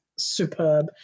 superb